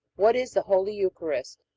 what is the holy eucharist?